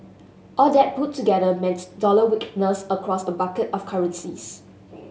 all that put together meant dollar weakness across a basket of currencies